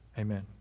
Amen